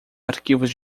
arquivos